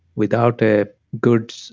without a good,